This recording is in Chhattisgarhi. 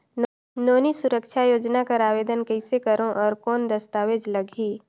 नोनी सुरक्षा योजना कर आवेदन कइसे करो? और कौन दस्तावेज लगही?